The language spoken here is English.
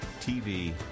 TV